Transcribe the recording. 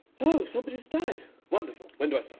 oh, somebody's died? wonderful! when do i start?